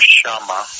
Shama